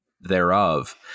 thereof